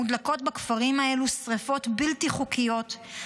מודלקות בכפרים האלו שריפות בלתי חוקיות,